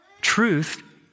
Truth